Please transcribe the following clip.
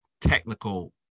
technical